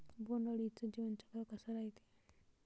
बोंड अळीचं जीवनचक्र कस रायते?